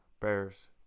Bears